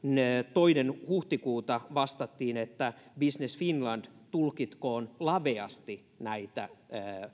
toinen huhtikuuta vastattiin että business finland tulkitkoon laveasti näitä